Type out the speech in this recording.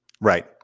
Right